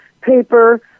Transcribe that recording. paper